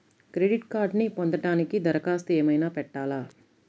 Credit కార్డ్ను పొందటానికి దరఖాస్తు ఏమయినా పెట్టాలా?